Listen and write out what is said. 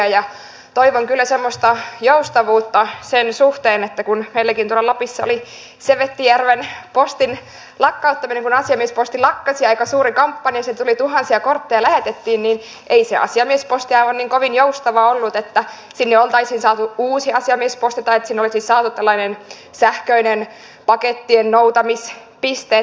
toivon kyllä semmoista joustavuutta sen suhteen että kun meilläkin tuolla lapissa oli sevettijärven postin lakkauttaminen kun asiamiesposti lakkasi ja aika suuri kampanja siitä tuli tuhansia kortteja lähetettiin niin ei se asiamiesposti aivan niin kovin joustava ollut että sinne oltaisiin saatu uusi asiamiesposti tai että sinne olisi saatu tällainen sähköinen pakettien noutamispiste